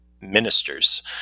ministers